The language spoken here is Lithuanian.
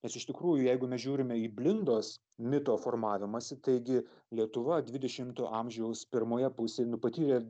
nes iš tikrųjų jeigu mes žiūrime į blindos mito formavimąsi taigi lietuva dvidešimto amžiaus pirmoje pusėj nu patyrė